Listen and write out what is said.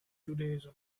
judaism